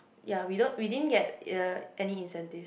ya we don't we didn't get uh any incentive